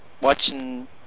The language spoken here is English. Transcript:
watching